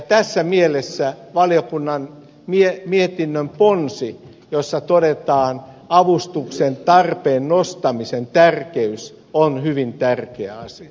tässä mielessä valiokunnan mietinnön ponsi jossa todetaan avustuksen nostamisen tärkeys on hyvin tärkeä asia